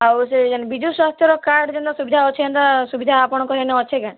ଆଉ ସେ ଯେନ୍ ବିଜୁ ସ୍ୱାସ୍ଥ୍ୟ କାର୍ଡ଼୍ ଯେନ୍ତା ସୁବିଧା ଅଛେ ସେନ୍ତା ସୁବିଧା ଆପଣଙ୍କର୍ ହେନେ ଅଛେ କାଁ